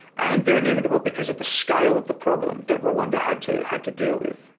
and they're inevitable because of the scale of the problem that rwanda had to had to deal with.